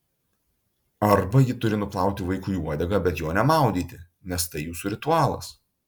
arba ji turi nuplauti vaikui uodegą bet jo nemaudyti nes tai jūsų ritualas